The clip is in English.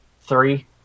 Three